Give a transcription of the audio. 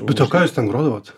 bet o ką jūs ten grodavot